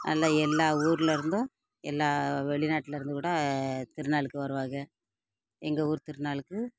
நல்லா எல்லா ஊர்லேருந்தும் எல்லா வெளிநாட்லேருந்து கூட திருநாளுக்கு வருவாங்க எங்கள் ஊர் திருநாளுக்கு